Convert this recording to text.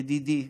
ידידי,